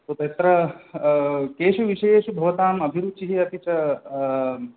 यत्र केषु विषयेषु भवताम् अभिरुचिः अपि च